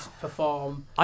perform